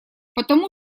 потому